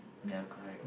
ya correct